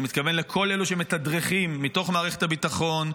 אני מתכוון לכל אלו שמתדרכים מתוך מערכת הביטחון,